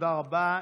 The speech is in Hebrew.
תודה רבה.